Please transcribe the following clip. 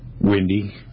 windy